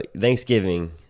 Thanksgiving